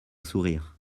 sourire